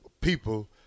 people